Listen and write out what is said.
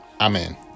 Amen